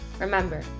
Remember